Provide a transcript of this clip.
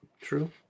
True